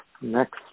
Next